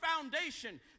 foundation